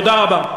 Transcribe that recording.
תודה רבה.